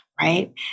right